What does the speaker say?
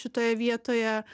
šitoje vietoje